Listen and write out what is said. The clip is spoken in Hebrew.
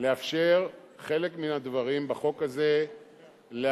לאפשר חלק מן הדברים בחוק הזה להעביר.